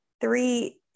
three